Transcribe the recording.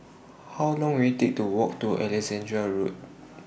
How Long Will IT Take to Walk to Alexandra Road